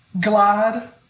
glad